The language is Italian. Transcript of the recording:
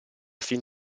fin